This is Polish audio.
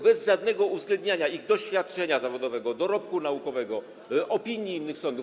Bez żadnego uwzględniania ich doświadczenia zawodowego, dorobku naukowego, opinii innych sądów.